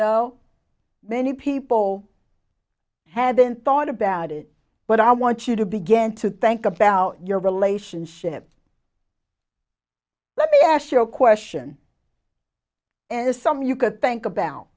know many people hadn't thought about it but i want you to began to think about your relationship let me ask you a question is something you could think about